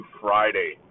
Friday